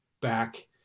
back